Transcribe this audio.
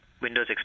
Windows